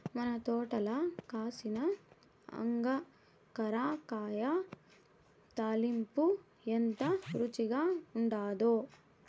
మన తోటల కాసిన అంగాకర కాయ తాలింపు ఎంత రుచిగా ఉండాదో